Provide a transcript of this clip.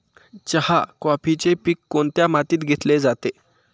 चहा, कॉफीचे पीक कोणत्या मातीत घेतले जाते?